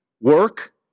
Work